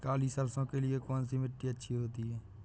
काली सरसो के लिए कौन सी मिट्टी अच्छी होती है?